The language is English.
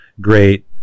great